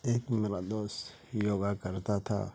ایک میرا دوست یوگا کرتا تھا